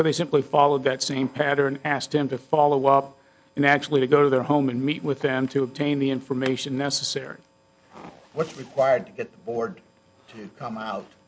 so they simply followed that same pattern asked him to follow up and actually go to their home and meet with them to obtain the information necessary what's required to get bored